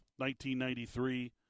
1993